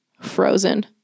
frozen